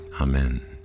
Amen